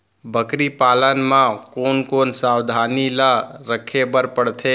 बकरी पालन म कोन कोन सावधानी ल रखे बर पढ़थे?